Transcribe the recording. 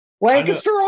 Lancaster